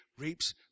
reaps